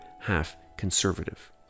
half-conservative